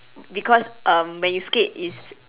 because um when you skate it's